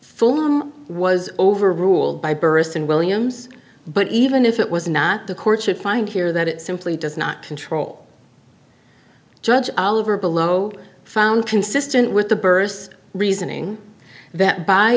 full was overruled by burress and williams but even if it was not the court should find here that it simply does not control judge oliver below found consistent with the birth reasoning that by